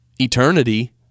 eternity